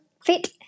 fit